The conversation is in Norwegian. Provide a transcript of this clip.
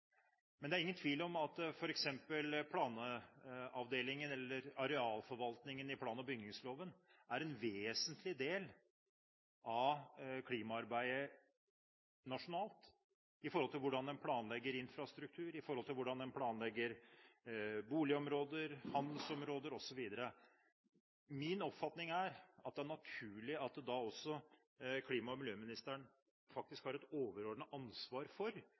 Men det er ingen tvil om at f.eks. planavdelingen eller arealforvaltningen i plan- og bygningsloven er en vesentlig del av klimaarbeidet nasjonalt med tanke på hvordan en planlegger infrastruktur, hvordan en planlegger boligområder, handelsområder osv. Min oppfatning er at det er naturlig at klima- og miljøministeren også da faktisk har et overordnet ansvar for